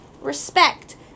respect